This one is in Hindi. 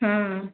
हाँ